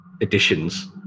edition's